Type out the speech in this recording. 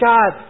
God